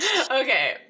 Okay